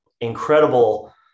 incredible